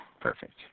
Perfect